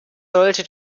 sollte